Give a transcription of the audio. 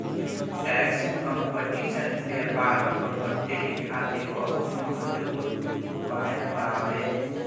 tax competition व्यापार बढ़ोतरी खातिर बहुत महत्वपूर्ण उपाय बावे